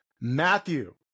Matthew